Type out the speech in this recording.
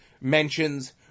mentions